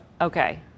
Okay